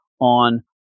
on